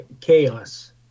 Chaos